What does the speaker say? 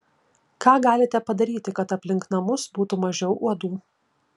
ką galite padaryti kad aplink namus būtų mažiau uodų